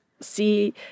see